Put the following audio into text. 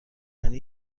یعنی